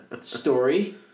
story